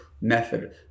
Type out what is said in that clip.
method